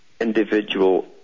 individual